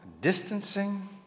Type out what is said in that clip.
distancing